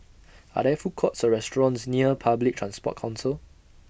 Are There Food Courts Or restaurants near Public Transport Council